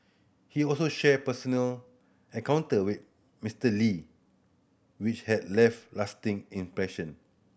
he also shared personal encounter with Mister Lee which have left lasting impression